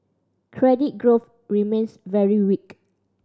credit growth remains very weak